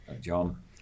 John